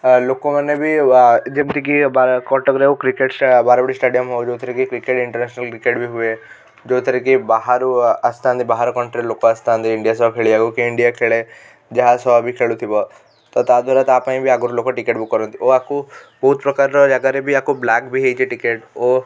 ଆ ଲୋକମାନେ ବି ଯେମିତି କି ବାର କଟକର କ୍ରିକେଟ ଷ୍ଟା ବାରବାଟୀ ଷ୍ଟାଡିୟମ ଯେଉଁଥିରେ କି କ୍ରିକେଟ ଇଣ୍ଟରନ୍ୟାସନାଲ୍ କ୍ରିକେଟ ବି ହୁଏ ଯେଉଁଥିରେ କି ବାହାରୁ ଆସିଥାନ୍ତି ବାହାର କଣ୍ଟ୍ରୀ ର ଲୋକ ଆସିଥାନ୍ତି ଇଣ୍ଡିଆ ସହ ଖେଳିବାକୁ କି ଇଣ୍ଡିଆ ଖେଳେ ଯାହା ସହ ବି ଖେଳୁଥିବ ତ ତା ଦ୍ବାରା ତା ପାଇଁ ବି ଆଗରୁ ଲୋକ ଟିକେଟ୍ ବୁକ୍ କରନ୍ତି ଓ ଆକୁ ବହୁତ ପ୍ରକାରର ଜାଗାରେ ବି ଆକୁ ବ୍ଲାକ୍ ବି ହେଇଛି ଟିକେଟ୍ ଓ